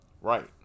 right